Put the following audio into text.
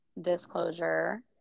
disclosure